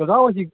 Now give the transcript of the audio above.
ꯀꯀꯥ ꯍꯣꯏꯁꯤ